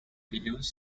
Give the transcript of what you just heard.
videos